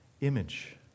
image